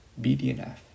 BDNF